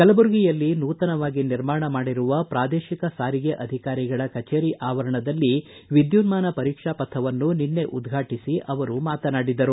ಕಲಬುರಗಿಯಲ್ಲಿ ನೂತನವಾಗಿ ನಿರ್ಮಾಣ ಮಾಡಿರುವ ಪ್ರಾದೇಶಿಕ ಸಾರಿಗೆ ಅಧಿಕಾರಿಗಳ ಕಚೇರಿ ಆವರಣದಲ್ಲಿ ವಿದ್ಯುನ್ನಾನ ಪರೀತ್ಷಾ ಪಥವನ್ನು ನಿನ್ನೆ ಉದ್ಘಾಟಿಸಿ ಅವರು ಮಾತನಾಡಿದರು